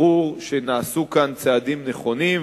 ברור שנעשו כאן צעדים נכונים.